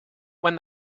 when